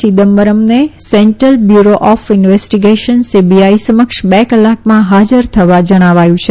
ચિદમ્બરમને central bureau of investigation CBI સમક્ષ બે કલાકમાં હાજર થવા જણાવ્યું છે